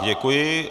Děkuji.